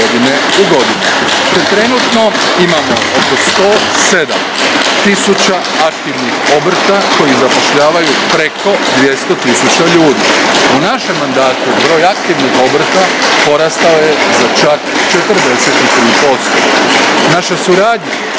U našem mandatu broj aktivnih obrta porastao je za čak 43%. Naša suradnja